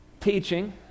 teaching